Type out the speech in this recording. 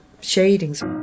shadings